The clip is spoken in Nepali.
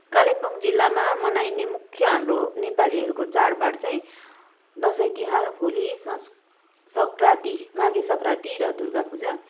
कालिम्पोङ जिल्लामा मनाइने मुख्य हाम्रो नेपालीहरूको चाडबाड चाहिँ दसैँ तिहार होली संस् सङ्क्रान्ति माघे सङ्क्रान्ति र दुर्गा पूजा